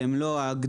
שהם לא הגדולים.